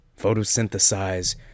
Photosynthesize